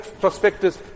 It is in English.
prospectus